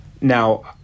Now